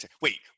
wait